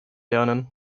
lernen